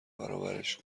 برابرش